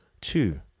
Two